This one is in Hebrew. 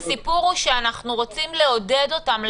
הסיפור הוא שאנחנו רוצים לעודד אותם,